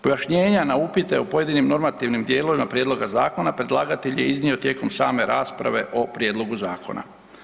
Pojašnjenja na upite o pojedinim normativnim dijelovima prijedloga zakona predlagatelj je iznio tijekom same rasprave o prijedlogu zakona.